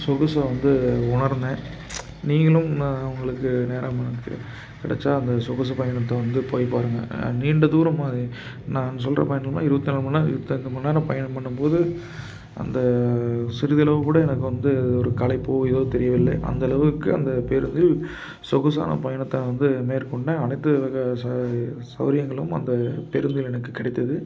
சொகுசை வந்து உணர்ந்தேன் நீங்களும் உங்களுக்கு நேரம் கிடைச்சால் அந்த சொகுசு பயணத்தை வந்து போய் பாருங்கள் நீண்ட தூரம் நான் சொல்லுற பயணமெலாம் இருபத்தி நாலு மணிநேரம் இருபத்தஞ்சு மணிநேரம் பயணம் பண்ணும்போது அந்த சிறிதளவுகூட எனக்கு வந்து ஒரு களைப்போ ஏதோ தெரியவில்லை அந்தளவுக்கு அந்த பேருந்தில் சொகுசான பயணத்தை வந்து மேற்கொண்டேன் அனைத்து வகை ச சௌகரியங்களும் அந்த பேருந்தில் எனக்கு கிடைத்தது